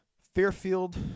Fairfield